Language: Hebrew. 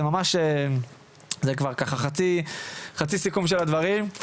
זה ממש כבר ככה חצי סיכום של הדברים.